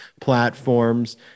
platforms